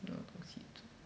没有东西做